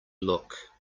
look